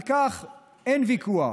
על כך אין ויכוח,